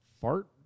Fart